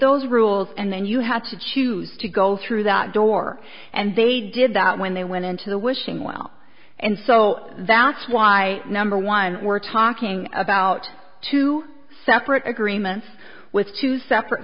those rules and then you had to choose to go through that door and they did that when they went into the wishing well and so that's why number one we're talking about two separate agreements with two separate